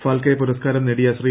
ഫാൽക്കെ പുരസ്കാരം നേടിയു ശ്രീ